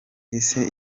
ese